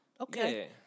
Okay